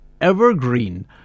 Evergreen